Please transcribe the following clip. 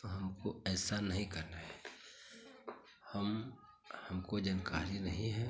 तो हमको ऐसा नहीं करना है हम हमको जनकारी नहीं है